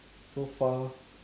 so far